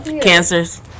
Cancers